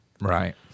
Right